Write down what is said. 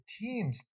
teams